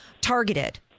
targeted